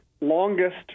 longest